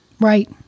Right